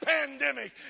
pandemic